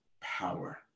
power